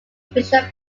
bishop